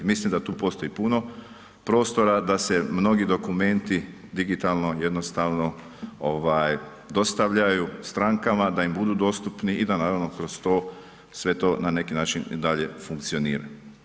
Mislim da tu postoji puno prostora da se mnogi dokumenti digitalno jednostavno ovaj dostavljaju strankama da im budu dostupni i da naravno kroz to sve to na neki način i dalje funkcionira.